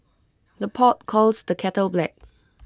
the pot calls the kettle black